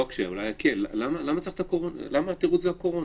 או אולי אקל: למה התירוץ הוא הקורונה?